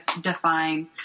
define